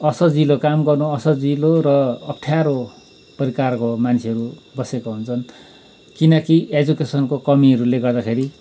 असजिलो काम गर्नु असजिलो र अप्ठ्यारो प्रकारको मान्छेहरू बसेका हुन्छन् किनकि एजुकेसनको कमिहरूले गर्दाखेरि